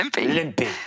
Limpy